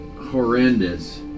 horrendous